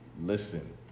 listen